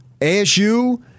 ASU